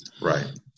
Right